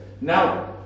Now